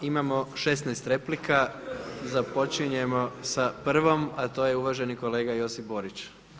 Imamo 16 replika, započinjemo sa 1 a to je uvaženi kolega Josip Borić.